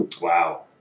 Wow